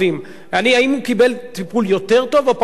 האם הוא קיבל טיפול יותר טוב או פחות טוב מהם?